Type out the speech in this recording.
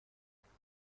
مدیون